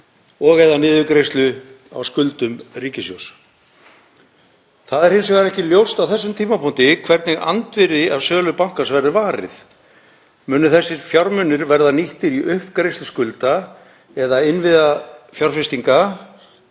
og/eða niðurgreiðslu á skuldum ríkissjóðs. Það er hins vegar ekki ljóst á þessum tímapunkti hvernig andvirði af sölu bankans verður varið. Munu þessir fjármunir verða nýttir í uppgreiðslu skulda eða í innviðafjárfestingu